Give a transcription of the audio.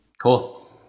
Cool